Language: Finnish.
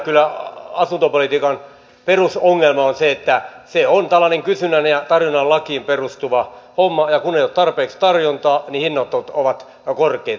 kyllä asuntopolitiikan perusongelma on se että se on tällainen kysynnän ja tarjonnan lakiin perustuva homma ja kun ei ole tarpeeksi tarjontaa niin hinnat ovat korkeita